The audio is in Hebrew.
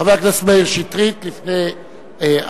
חבר הכנסת מאיר שטרית לפני אקוניס.